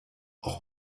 auch